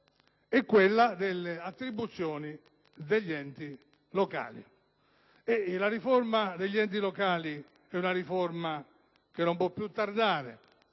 è quella delle attribuzioni degli enti locali. La riforma degli enti locali non può più tardare